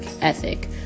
ethic